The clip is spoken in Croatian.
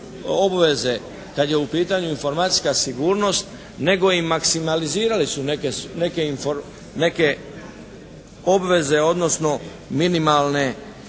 obveze kad je u pitanju informacijska sigurnost nego i maksimalizirale su neke obveze odnosno minimalne,